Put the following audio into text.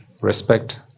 respect